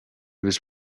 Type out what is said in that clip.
was